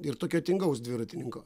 ir tokio tingaus dviratininko